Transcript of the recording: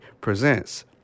presents